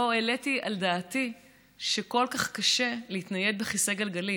לא העליתי על דעתי שכל כך קשה להתנייד בכיסא גלגלים.